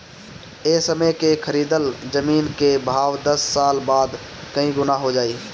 ए समय कअ खरीदल जमीन कअ भाव दस साल बाद कई गुना हो जाई